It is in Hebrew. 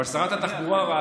בשיעור הזה, שהוא קרא